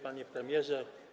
Panie Premierze!